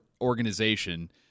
organization